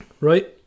right